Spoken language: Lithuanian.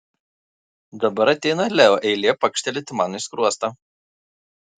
dabar ateina leo eilė pakštelėti man į skruostą